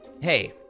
Hey